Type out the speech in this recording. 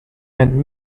and